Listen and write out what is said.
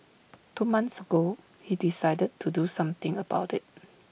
two months ago he decided to do something about IT